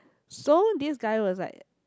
so this guy was like